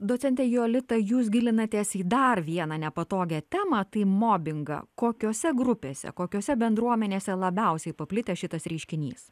docente jolita jūs gilinatės į dar vieną nepatogią temą tai mobingą kokiose grupėse kokiose bendruomenėse labiausiai paplitęs šitas reiškinys